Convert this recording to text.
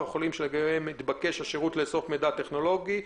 חולים שלגביהם התבקש השירות לאסוף מידע טכנולוגי.